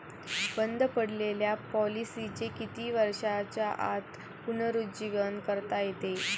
बंद पडलेल्या पॉलिसीचे किती वर्षांच्या आत पुनरुज्जीवन करता येते?